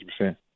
100%